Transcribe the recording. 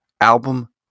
album